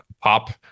pop